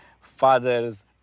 fathers